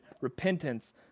repentance